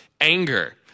anger